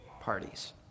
parties